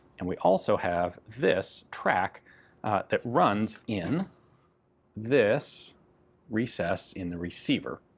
and we also have this track that runs in this recess in the receiver.